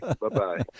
Bye-bye